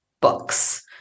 Books